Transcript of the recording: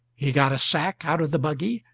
he got a sack out of the buggy,